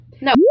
No